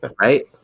right